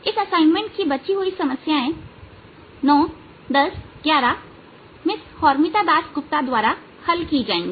इस असाइनमेंट की बची हुई समस्याएं 91011 मिस होरमिता दास गुप्ता द्वारा हल की जाएंगे